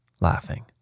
laughing